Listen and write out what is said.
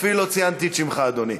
אפילו לא ציינתי את שמך, אדוני.